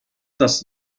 das